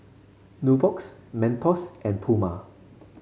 Nubox Mentos and Puma